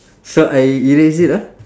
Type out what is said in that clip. so I erase it ah